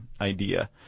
idea